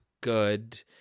good